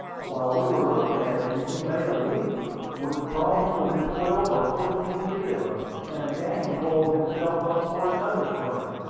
while we were looking at him he made a leap which brought him within twelve or fourteen feet of us, and again coiled himself up for another spring.